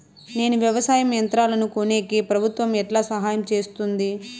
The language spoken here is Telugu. నేను వ్యవసాయం యంత్రాలను కొనేకి ప్రభుత్వ ఎట్లా సహాయం చేస్తుంది?